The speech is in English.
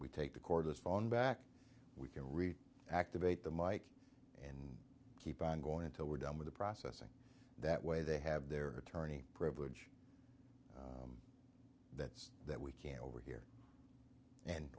we take the cordless phone back we can read activate the mike keep on going until we're done with the processing that way they have their attorney privilege that's that we can overhear and